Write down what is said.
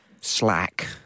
Slack